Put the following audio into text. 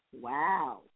Wow